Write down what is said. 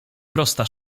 prosta